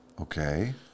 Okay